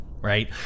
right